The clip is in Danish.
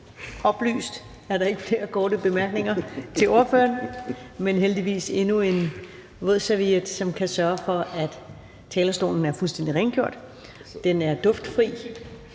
oplyst, er der ikke flere korte bemærkninger til ordføreren, men heldigvis endnu en vådserviet, som kan sørge for, at talerstolen er fuldstændig rengjort. Den er duftfri.